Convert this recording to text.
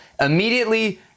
immediately